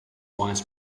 wines